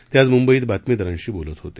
ते आज मुंबईत बातमीदारांशी बोलत होते